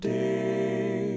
day